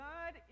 God